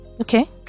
okay